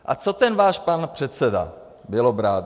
A co ten váš pan předseda Bělobrádek?